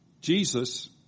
Jesus